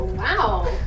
Wow